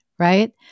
right